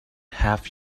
have